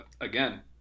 again